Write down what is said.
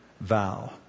vow